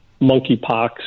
monkeypox